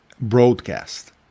broadcast